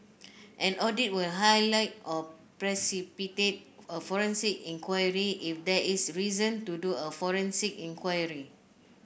an audit will highlight or precipitate a forensic enquiry if there is reason to do a forensic enquiry